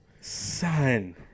son